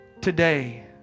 today